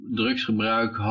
drugsgebruik